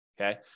Okay